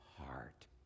heart